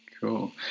cool